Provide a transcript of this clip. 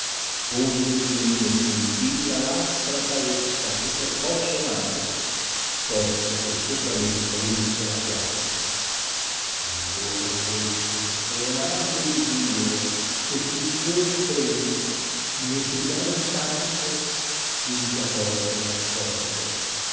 onde qui ne scintilla l aspra saetta che percosso m are tosto che sopra me strinse la chiave allora cresce il sfrenato destro e tuttor sempre ne si chiama stanco finche a porto m ha scorto